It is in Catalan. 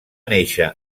néixer